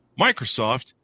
Microsoft